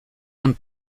and